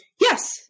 Yes